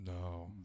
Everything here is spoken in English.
No